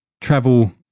travel